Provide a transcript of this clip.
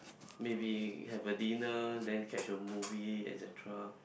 maybe have a dinner then catch a movie Alexandra